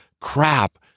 Crap